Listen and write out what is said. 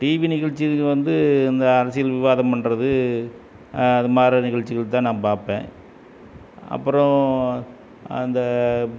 TV நிகழ்ச்சிகள் வந்து இந்த அரசியல் விவாதம் பண்ணுறது அது மாதிரி நிகழ்ச்சிகள் தான் நான் பார்ப்பேன் அப்புறம் அந்த